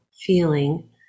feeling